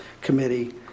Committee